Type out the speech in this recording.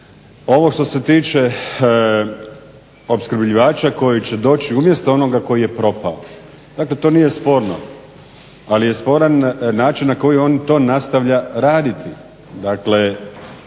Ovo što se tiče opskrbljivača koji će doći umjesto onoga koji je propao. Dakle, to nije sporno, ali je sporan način na koji on to nastavlja raditi. Dakle,